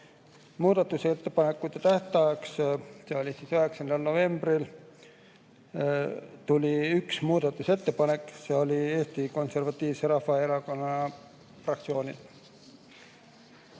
Muudatusettepanekute tähtajaks, mis oli 9. novembril, tuli üks muudatusettepanek. See oli Eesti Konservatiivse Rahvaerakonna fraktsioonilt.